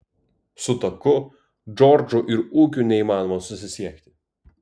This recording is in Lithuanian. su taku džordžu ir ūkiu neįmanoma susisiekti